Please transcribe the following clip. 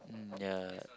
mm ya